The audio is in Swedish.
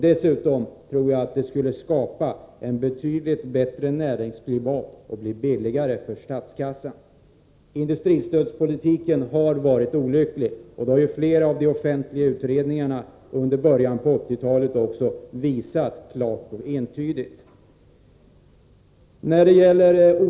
Dessutom tror jag att man på det sättet skulle skapa ett betydligt bättre näringsklimat, och det skulle bli billigare för statskassan. Industristödspolitiken har varit olycklig. Det har flera av de offentliga utredningarna under början av 1980-talet klart och entydigt visat.